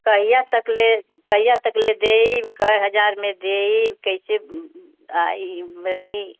कहिया तकले कहिया तकले देइब कई हज़ार में देइब कैसे और यह बनी